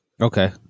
Okay